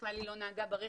ובכלל היא לא נהגה ברכב.